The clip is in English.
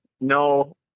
no